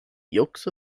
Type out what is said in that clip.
yolks